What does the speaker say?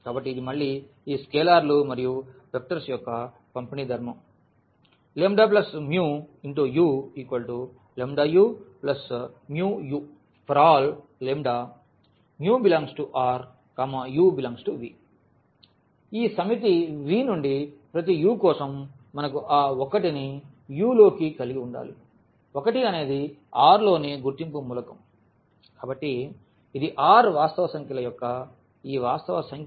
కాబట్టి ఇది మళ్ళీ ఈ స్కేలార్లు మరియు వెక్టర్స్ యొక్క పంపిణీ ధర్మము λ μu λu μu ∀ λ μ∈R u∈V ఈ సమితి V నుండి ప్రతి u కోసం మనకు ఆ 1ని u లోకి కలిగి ఉండాలి 1 అనేది R లోని గుర్తింపు మూలకం కాబట్టి ఇది R వాస్తవ సంఖ్యల యొక్క ఈ వాస్తవ సంఖ్య సమితి విషయంలో సంఖ్య